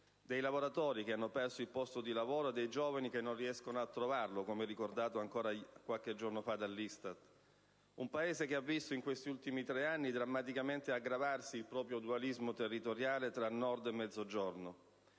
dei lavoratori che hanno perso il posto di lavoro e dei giovani che non riescono a trovarlo, come ricordato ancora qualche giorno fa dall'ISTAT. È un Paese che negli ultimi tre anni ha visto drammaticamente aggravarsi il proprio dualismo territoriale tra Nord e Mezzogiorno.